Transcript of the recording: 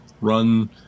run